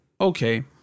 okay